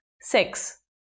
Six